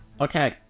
Okay